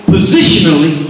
Positionally